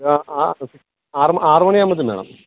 ആ ആ ആറ് മ ആറ് മണി ആകുമ്പോഴത്തേനും വേണം